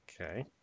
Okay